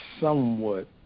somewhat